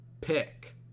pick